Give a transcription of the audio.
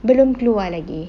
belum keluar lagi